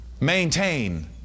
Maintain